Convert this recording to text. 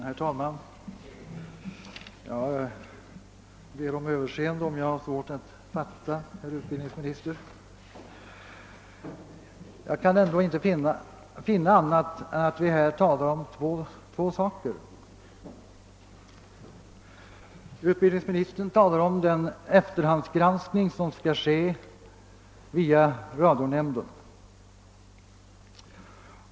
Herr talman! Jag ber om överseende ifall jag har svårt att fatta vad herr statsrådet säger, men jag kan inte finna annat än att vi här talar om två olika saker. Utbildningsministern talar om den efterhandsgranskning som skall ske via radionämnden.